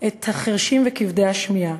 את החירשים וכבדי השמיעה.